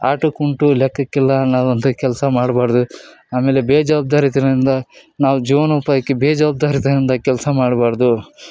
ಆಟಕ್ಕುಂಟು ಲೆಕ್ಕಕ್ಕಿಲ್ಲ ಅನ್ನೋದೊಂದು ಕೆಲಸ ಮಾಡಬಾರ್ದು ಆಮೇಲೆ ಬೇಜವಾಬ್ದಾರಿ ತನದಿಂದ ನಾವು ಜೀವನೋಪಾಯಕ್ಕೆ ಬೇಜವಾಬ್ದಾರಿ ತನದಿಂದ ಕೆಲಸ ಮಾಡಬಾರ್ದು